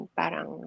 parang